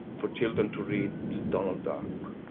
for children to read donald duck.